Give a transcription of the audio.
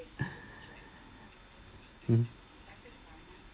hmm